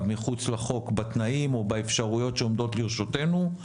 מחוץ לחוק בתנאים או באפשרויות שעומדות לרשותנו,